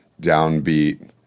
downbeat